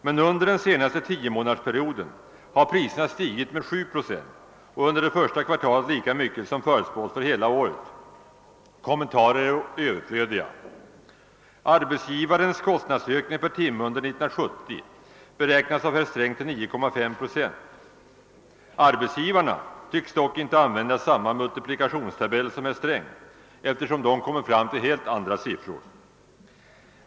Men under den senaste tiomånadersperioden har priserna stigit med 7 procent och under det första kvartalet lika mycket som förutspås för hela året. Kommentarer är överflödiga. Arbetsgivarens kostnadsökning per timme under 1970 beräknas av herr Sträng till 9,5 procent. Arbetsgivarna tycks dock inte använda samma multiplikationstabell, eftersom de kommer fram till helt andra siffror.